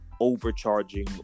overcharging